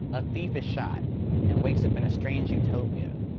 a thief is shot and wakes up in a strange utopia,